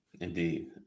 indeed